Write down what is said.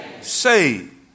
saved